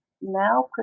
Now